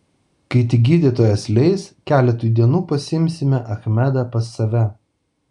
kai tik gydytojas leis keletui dienų pasiimsime achmedą pas save